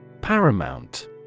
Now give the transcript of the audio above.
Paramount